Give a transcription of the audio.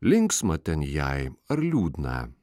linksmą ten jai ar liūdna